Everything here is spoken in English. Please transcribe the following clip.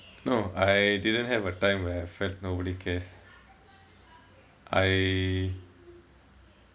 no I didn't have a time where I felt nobody cares I